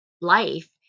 life